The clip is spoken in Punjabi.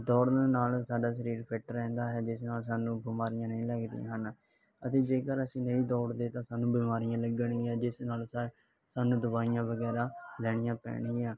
ਦੌੜਨ ਨਾਲ ਸਾਡਾ ਸਰੀਰ ਫਿਟ ਰਹਿੰਦਾ ਹੈ ਜਿਸ ਨਾਲ ਸਾਨੂੰ ਬਿਮਾਰੀਆਂ ਨਹੀਂ ਲੱਗਦੀਆਂ ਹਨ ਅਤੇ ਜੇਕਰ ਅਸੀਂ ਨਹੀਂ ਦੌੜਦੇ ਤਾਂ ਸਾਨੂੰ ਬਿਮਾਰੀਆਂ ਲੱਗਣੀਆਂ ਜਿਸ ਨਾਲ ਸਾ ਸਾਨੂੰ ਦਵਾਈਆਂ ਵਗੈਰਾ ਲੈਣੀਆਂ ਪੈਣਗੀਆਂ